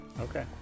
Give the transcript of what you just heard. Okay